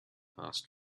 passed